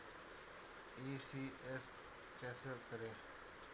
ECS कैसे करें?